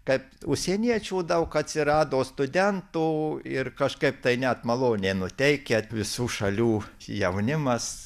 kad užsieniečių daug atsirado studentų ir kažkaip tai net maloniai nuteikia visų šalių jaunimas